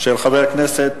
של חברי הכנסת